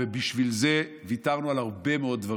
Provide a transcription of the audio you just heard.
ובשביל זה ויתרנו על הרבה מאוד דברים,